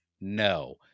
no